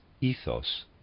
ethos